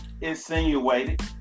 insinuated